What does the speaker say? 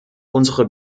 unsere